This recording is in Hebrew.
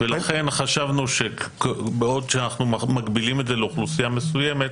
לכן חשבנו שבעוד שאנחנו מגבילים לאוכלוסייה מסוימת,